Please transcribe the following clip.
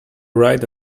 write